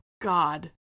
God